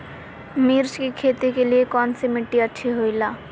मिर्च की खेती के लिए कौन सी मिट्टी अच्छी होईला?